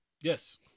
Yes